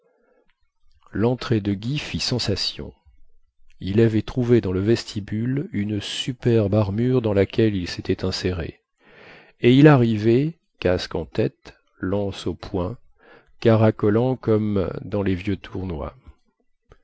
lentrée de guy fit sensation il avait trouvé dans le vestibule une superbe armure dans laquelle il sétait inséré et il arrivait casque en tête lance au poing caracolant comme dans les vieux tournois